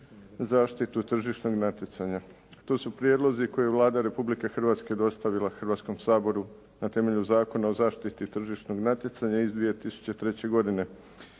zaštitu tržišnog natjecanja. To su prijedlozi koje je Vlada Republike dostavila Hrvatskom saboru na temelju Zakona o zaštiti tržišnog natjecanja iz 2003. godine.